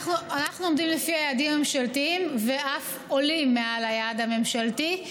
אנחנו עומדים ביעדים הממשלתיים ואף עולים מעל היעד הממשלתי.